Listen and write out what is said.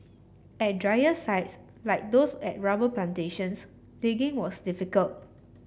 at drier sites like those at rubber plantations digging was difficult